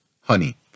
honey